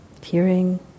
hearing